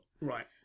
Right